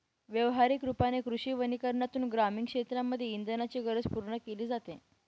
व्यवहारिक रूपाने कृषी वनीकरनातून ग्रामीण क्षेत्रांमध्ये इंधनाची गरज पूर्ण केली जाते